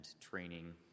training